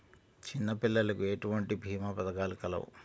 చిన్నపిల్లలకు ఎటువంటి భీమా పథకాలు కలవు?